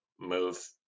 move